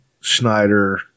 Schneider